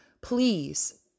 please